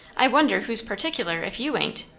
i wonder who's particular, if you ain't!